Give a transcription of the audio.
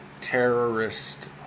terrorist